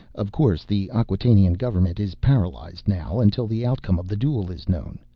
of course. the acquatainian government is paralyzed now, until the outcome of the duel is known.